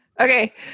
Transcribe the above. Okay